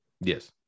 Yes